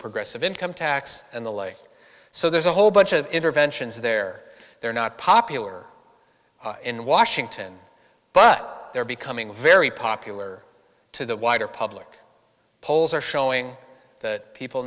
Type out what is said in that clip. progressive income tax and the like so there's a whole bunch of interventions there they're not popular in washington but they're becoming very popular to the wider public polls are showing that people